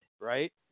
right